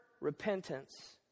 Repentance